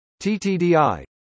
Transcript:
TTDI